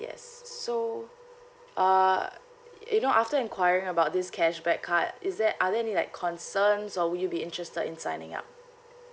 yes so uh you know after enquiring about this cashback card is there are there any like concerns or will you be interested in signing up